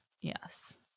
yes